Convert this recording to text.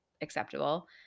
acceptable